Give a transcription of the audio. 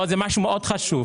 יש עוד משהו מאוד חשוב.